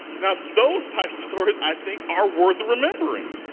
now those type of stories i think are worth remembering.